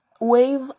wave